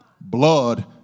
Blood